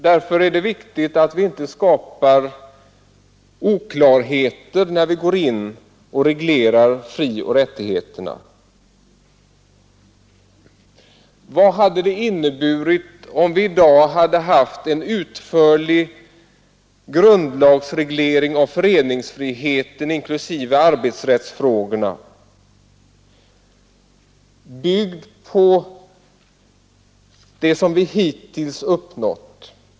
Därför är det också viktigt att vi inte skapar oklarheter när vi griper in och reglerar frioch rättigheterna. Vad hade det inneburit om vi i dag hade haft en utförlig grundlagsreglering av föreningsfriheten inklusive arbetsrättsfrågorna byggd på det vi hittills uppnått?